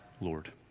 Lord